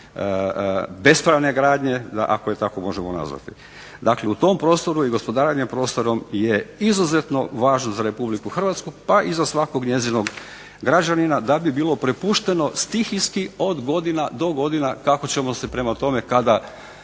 bespravne gradnje da ako je tako možemo nazvati. Dakle, u tom prostoru i gospodarenje prostorom je izuzetno važno za RH pa i za svakog njezinog građanina da bi bilo prepušteno stihijski od godina do godina kako ćemo se prema tome kada